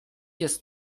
jest